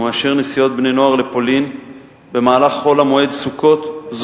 ומאשר נסיעות בני-נוער לפולין במהלך חול המועד סוכות,